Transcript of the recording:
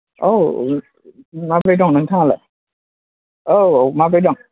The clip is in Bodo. औ माबोरै दं नोंथाङालाय औ औ माबोरै दं